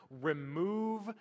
Remove